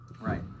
Right